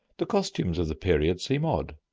the costumes of the period seem odd,